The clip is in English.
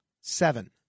Seven